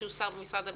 שהוא שר במשרד הביטחון,